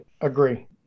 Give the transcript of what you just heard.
Agree